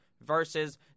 versus